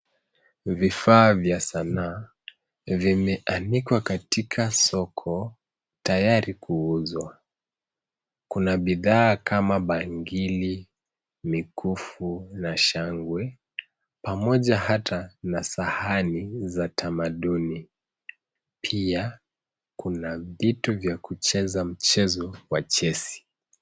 Vifaa vingi sana vimewekwa kwenye soko tayari kuuzwa. Kati ya bidhaa kama baingili, mikufu, na shanga pamoja na sahani za tamaduni. Pia, kuna vitu za kuchezea mchezo wa wa chesi